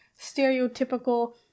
stereotypical